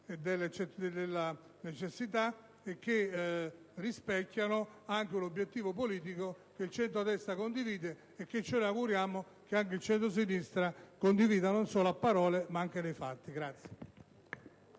e necessità e che rispecchino l'obiettivo politico che il centrodestra condivide e che ci auguriamo anche il centrosinistra possa condividere non solo a parole ma anche nei fatti.